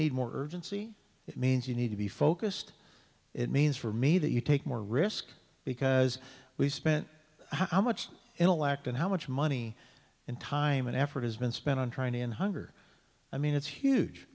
need more urgency it means you need to be focused it means for me that you take more risk because we spent how much intellect and how much money and time and effort has been spent on trying to end hunger i mean it's huge